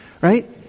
right